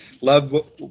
love